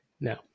no